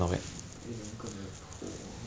一两个你的头 lor